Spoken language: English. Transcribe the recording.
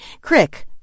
Crick